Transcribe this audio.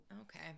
Okay